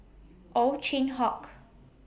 Ow Chin Hock